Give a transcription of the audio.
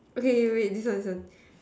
okay wait this one this one